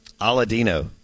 aladino